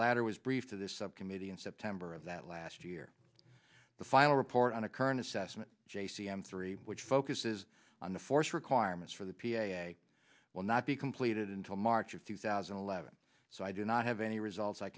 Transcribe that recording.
latter was briefed to this subcommittee in september that last year the final report on a current assessment j c m three which focuses on the force requirements for the p a will not be completed until march of two thousand and eleven so i do not have any results i